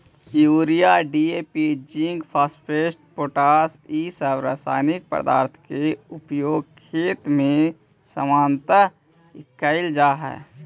urea, DAP, zinc sulphate, potash इ सब रसायनिक पदार्थ के उपयोग खेत में सामान्यतः कईल जा हई